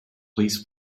please